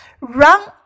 run